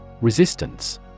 Resistance